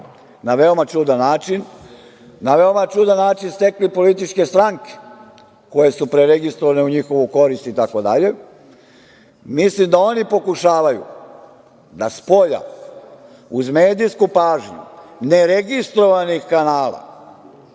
na veoma čudan način stekli političke stranke koje su preregistrovane u njihovu korist itd. Mislim da oni pokušavaju da spolja, uz medijsku pažnju, neregistrovanih kanala,